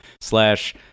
slash